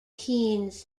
keynes